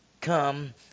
come